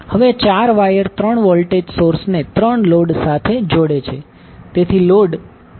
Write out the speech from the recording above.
હવે આ 4 wire 3 voltage સોર્સને 3 લોડ સાથે જોડે છે